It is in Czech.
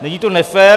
Není to nefér!